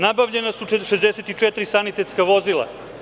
Nabavljena su i 64 sanitetska vozila.